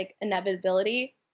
inevitability